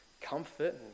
comfort